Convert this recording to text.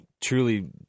truly